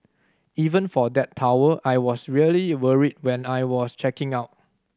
even for that towel I was really worried when I was checking out